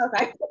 Okay